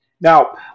Now